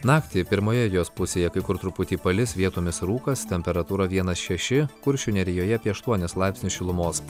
naktį pirmoje jos pusėje kai kur truputį palis vietomis rūkas temperatūra vienas šeši kuršių nerijoje apie aštuonis laipsnius šilumos